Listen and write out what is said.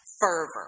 fervor